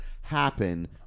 happen